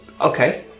Okay